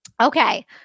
Okay